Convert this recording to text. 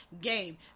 game